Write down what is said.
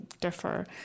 differ